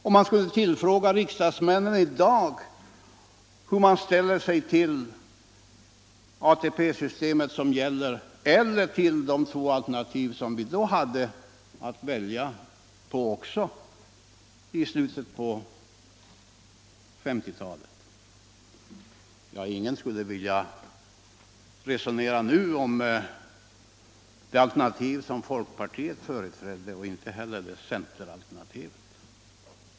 Om man skulle tillfråga riksdagsmännen i dag hur de ställer sig till ATP-systemet eller till de två alternativ som vi också hade att välja mellan i slutet på 1950-talet skulle ingen nu vilja resonera om det alternativ som folkpartiet företrädde och inte heller om centeralternativet.